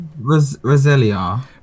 Roselia